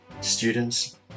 students